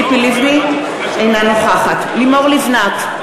אינה נוכחת לימור לבנת,